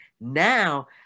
now